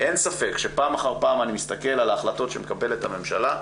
פעם אחר פעם אני מסתכל על ההחלטות שמקבלת הממשלה,